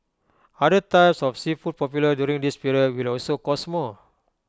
other types of seafood popular during this period will also cost more